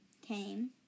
came